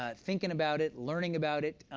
ah thinking about it, learning about it.